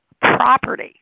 property